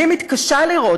אני מתקשה לראות",